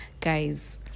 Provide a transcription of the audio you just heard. guys